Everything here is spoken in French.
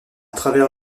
travers